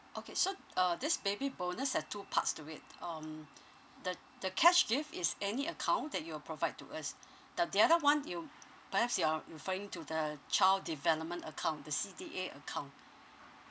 okay so uh this baby bonus have two parts to it um the the cash gift is any account that you will provide to us the the other one you perhaps you're referring to the child development account the C_D_A account